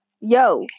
yo